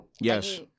Yes